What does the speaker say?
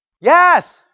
Yes